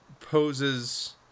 poses